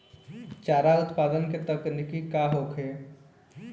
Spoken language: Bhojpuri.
चारा उत्पादन के तकनीक का होखे?